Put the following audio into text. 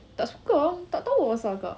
tak suka ah tak tahu lah apasal kak